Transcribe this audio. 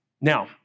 Now